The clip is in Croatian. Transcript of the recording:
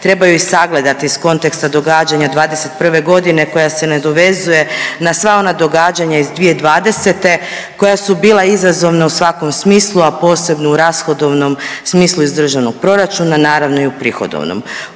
treba ju i sagledati iz konteksta događanja '21. godine koja se nadovezuje na sva ona događanja iz 2020. koja su bila izazovna u svakom smislu, a posebno u rashodovnom smislu iz Državnog proračuna, naravno i u prihodovnom.